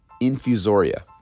infusoria